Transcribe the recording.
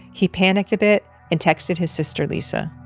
he panicked a bit and texted his sister, lisa